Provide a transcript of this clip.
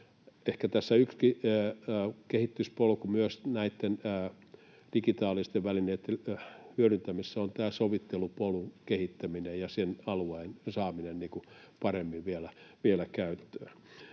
Ehkä yksi kehityspolku myös näitten digitaalisten välineitten hyödyntämisessä on tämä sovittelupolun kehittäminen ja sen alueen saaminen vielä paremmin käyttöön.